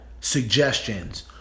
suggestions